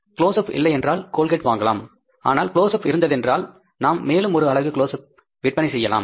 close-up இல்லையென்றால் Colgate வாங்கலாம் ஆனால் க்ளோசப் இருந்ததென்றால் நாம் மேலும் ஒரு அலகு க்ளோசப் விற்பனை செய்யலாம்